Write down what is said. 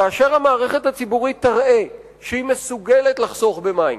כאשר המערכת הציבורית תראה שהיא מסוגלת לחסוך במים,